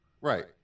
Right